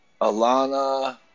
Alana